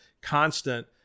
constant